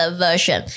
version